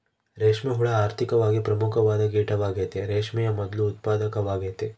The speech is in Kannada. ರೇಷ್ಮೆ ಹುಳ ಆರ್ಥಿಕವಾಗಿ ಪ್ರಮುಖವಾದ ಕೀಟವಾಗೆತೆ, ರೇಷ್ಮೆಯ ಮೊದ್ಲು ಉತ್ಪಾದಕವಾಗೆತೆ